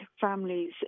families